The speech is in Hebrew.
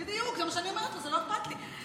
בדיוק, זה מה שאני אומרת לו: זה לא אכפת לי.